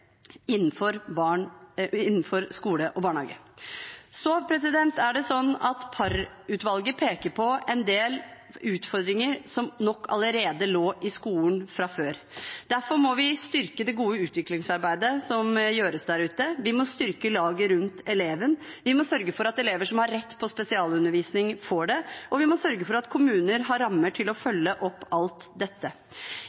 innenfor skole og barnehage. Parr-utvalget peker på en del utfordringer som nok allerede lå i skolen fra før. Derfor må vi styrke det gode utviklingsarbeidet som gjøres der ute. Vi må styrke laget rundt eleven, vi må sørge for at elever som har rett til spesialundervisning, får det, og vi må sørge for at kommuner har rammer til å